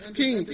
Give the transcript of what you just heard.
king